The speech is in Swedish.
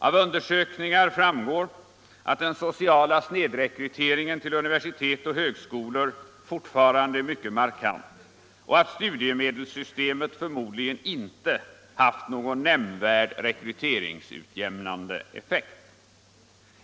Av undersökningar framgår att den soicala snedrekryteringen till universitet och högskolor fortfarande är mycket markant och att studiemedelssystemet förmodligen inte haft någon nämnvärd rekryteringsutjämnande effekt.